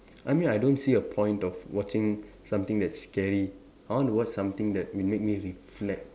I mean I don't see a point of watching something that's scary I want to watch something that will make me reflect